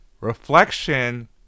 reflection